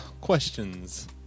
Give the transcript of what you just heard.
Questions